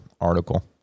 article